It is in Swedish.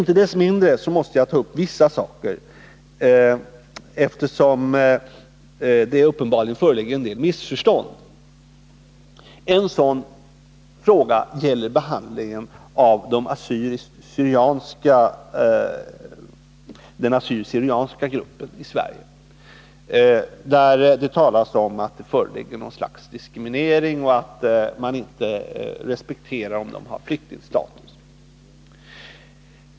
Inte desto mindre måste jag ta upp vissa frågor, eftersom det uppenbarligen föreligger en del missförstånd. En sådan fråga gäller behandlingen i Sverige av gruppen assyrier/syrianer. 143 Det talas om att det förekommer något slags diskriminering och att man inte respekterar deras flyktingstatus.